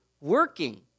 working